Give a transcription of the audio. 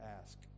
ask